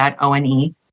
O-N-E